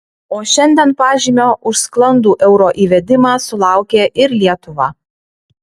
o šiandien pažymio už sklandų euro įvedimą sulaukė ir lietuva